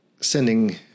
sending